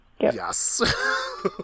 Yes